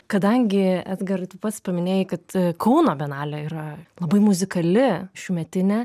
kadangi edgarai tu pats paminėjai kad kauno bienalė yra labai muzikali šiųmetinė